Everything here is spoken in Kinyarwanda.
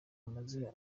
amaze